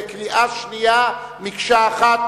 בקריאה שנייה במקשה אחת.